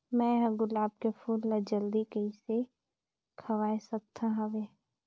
मैं ह गुलाब के फूल ला जल्दी कइसे खवाय सकथ हवे?